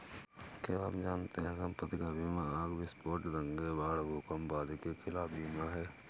क्या आप जानते है संपत्ति का बीमा आग, विस्फोट, दंगे, बाढ़, भूकंप आदि के खिलाफ बीमा है?